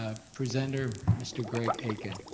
ah presenter, mr. greg akin.